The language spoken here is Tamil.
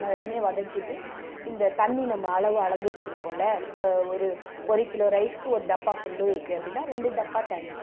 அது எல்லாம் வதக்கிட்டு இந்த தண்ணி நம்ம அளவு அளந்து வச்சிருக்கோம்ல இப்போ ஒரு ஒரு கிலோ ரைஸ்க்கு ஒரு டப்பா ஃபுல்லும் இருக்குது அப்படின்னா ரெண்டு டப்பா தண்ணி